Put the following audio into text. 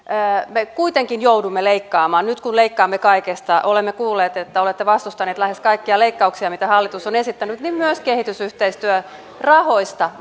me kuitenkin joudumme leikkaamaan nyt kun leikkaamme kaikesta olemme kuulleet että olette vastustaneet lähes kaikkia leikkauksia mitä hallitus on esittänyt myös kehitysyhteistyörahoista